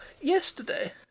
yesterday